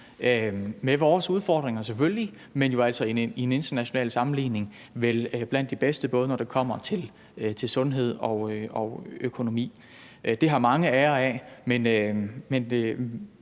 haft vores udfordringer, men i en international sammenligning er vi vel blandt de bedste, både når det kommer til sundhed og til økonomi. Det har mange ære af, og